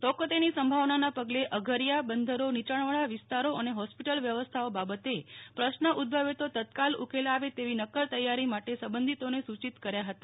તોક તે ની સંભાવનાના પગલે અગરીયા બંદરો નીચાણવાળા વિસ્તારો અને હોસ્પિટલ વ્યવસ્થાઓ બાબતે પ્રશ્ન ઉદભવે તો તત્કાળ ઉકેલ આવે તેવી નક્કર તૈયારી માટે સબંધિતોને સુચિત કર્યા હતા